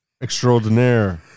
extraordinaire